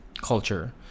culture